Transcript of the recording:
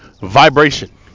vibration